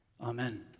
Amen